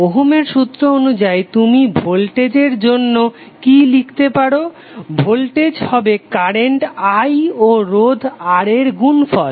ওহমের সূত্র Ohm's law অনুযায়ী তুমি ভোল্টেজের জন্য কি লিখতে পারো ভোল্টেজ হবে কারেন্ট I ও রোধ R এর গুনফল